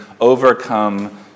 overcome